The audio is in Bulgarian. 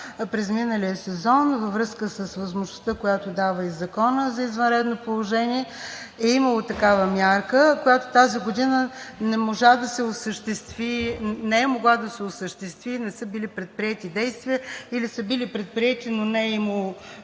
през миналия сезон във връзка с възможността, която дава и Законът за извънредното положение, е имало такава мярка, която тази година не е могла да се осъществи, не са били предприети действия или са били предприети, но не е имало